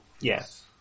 Yes